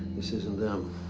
this isn't them.